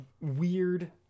weird